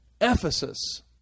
Ephesus